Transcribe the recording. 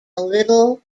little